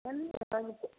चलिए